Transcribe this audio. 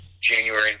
January